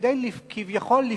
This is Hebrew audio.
כדי כביכול,